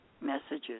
messages